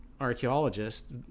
archaeologists